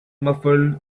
muffled